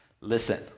Listen